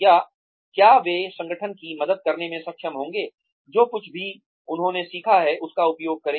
या क्या वे संगठन की मदद करने में सक्षम होंगे जो कुछ भी उन्होंने सीखा है उसका उपयोग करें